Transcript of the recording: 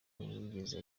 ntiyigeze